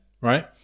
right